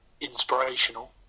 inspirational